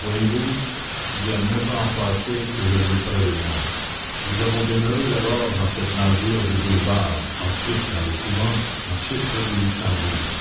voyez-vous il y a neuf ans passés que je l'ai près de moi nous avons demeuré d'abord dans cette masure du boulevard ensuite dans le couvent ensuite près du luxembourg